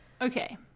Okay